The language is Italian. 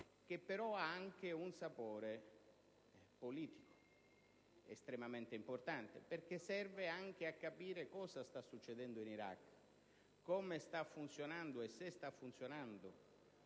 Essa però ha anche un sapore politico estremamente importante, perché serve a capire cosa sta succedendo in Iraq, come sta funzionando e se sta funzionando